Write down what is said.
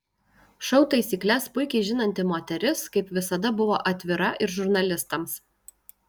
šou taisykles puikiai žinanti moteris kaip visada buvo atvira ir žurnalistams